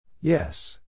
Yes